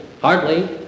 Hardly